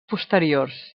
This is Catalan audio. posteriors